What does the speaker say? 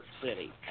City